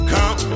Come